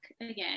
again